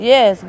Yes